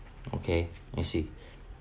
okay I see